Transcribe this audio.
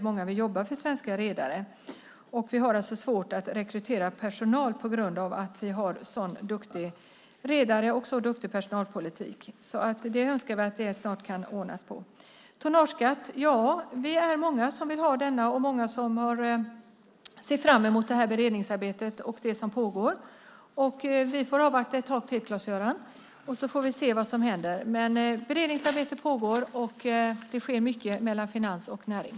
Många vill jobba för svenska redare, och vi har svårt att rekrytera utbildad personal trots att vi har så duktiga redare och så god personalpolitik. Vi önskar att det snart kan ordnas. Vi är många som vill ha tonnageskatt och många som ser fram emot beredningsarbetet och det som pågår. Vi får avvakta ett tag till, Claes-Göran, och se vad som händer. Men beredningsarbete pågår, och det sker mycket mellan finans och näring.